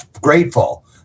grateful